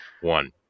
one